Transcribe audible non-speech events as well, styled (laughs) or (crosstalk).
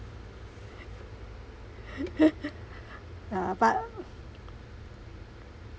(laughs) ah but